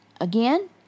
again